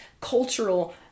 cultural